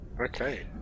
Okay